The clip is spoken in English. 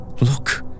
Look